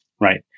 right